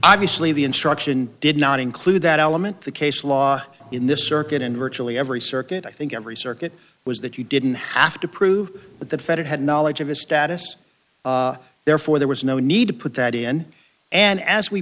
obviously the instruction did not include that element the case law in this circuit and virtually every circuit i think every circuit was that you didn't have to prove that the fed had knowledge of his status therefore there was no need to put that in and as